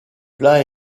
plat